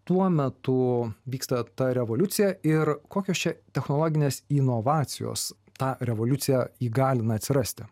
tuo metu vyksta ta revoliucija ir kokios čia technologinės inovacijos tą revoliuciją įgalina atsirasti